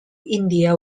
india